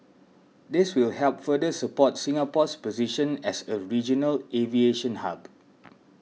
this will help further support Singapore's position as a regional aviation hub